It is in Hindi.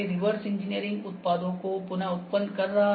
रिवर्स इंजीनियरिंग उत्पादों को पुनउत्पन्न कर रहा है